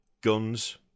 guns